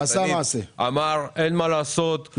אמר אין מה לעשות,